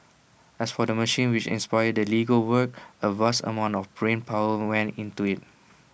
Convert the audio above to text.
as for the machine which inspired the Lego work A vast amount of brain power went into IT